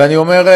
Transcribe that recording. ואני אומר,